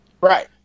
Right